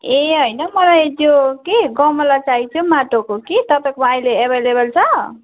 ए होइन मलाई त्यो कि गमला चाहिएको थियो माटोको कि तपाईँको आहिले एभेइलेबल छ